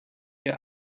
your